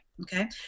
okay